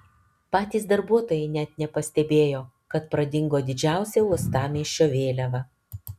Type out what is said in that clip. patys darbuotojai net nepastebėjo kad pradingo didžiausia uostamiesčio vėliava